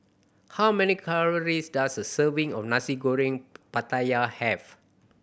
how many calories does a serving of Nasi Goreng Pattaya have